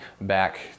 back